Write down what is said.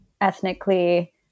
ethnically